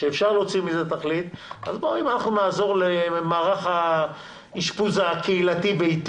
אז אם נעזור למערך האשפוז הקהילתי ביתי